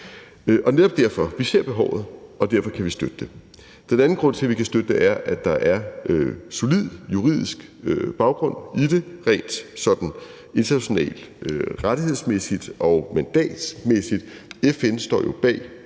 og derfor kan vi støtte det. Den anden grund til, at vi kan støtte det, er, at der er solid juridisk baggrund i det rent internationalt, rettighedsmæssigt og mandatmæssigt. FN står jo bag